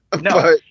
No